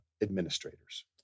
Administrators